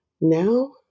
Now